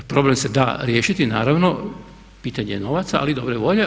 Jer problem se da riješiti naravno, pitanje je novaca, ali i dobre volje.